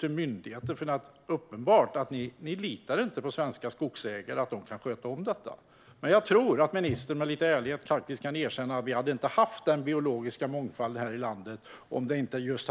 till myndigheter. Det är uppenbart att ni inte litar på att svenska skogsägare kan sköta om detta. Jag tror ändå att ministern med lite ärlighet kan erkänna att vi inte hade haft den biologiska mångfalden här i landet om inte just